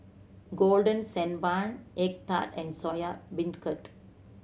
Golden Sand Bun egg tart and Soya Beancurd